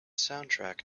soundtrack